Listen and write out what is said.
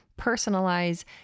personalize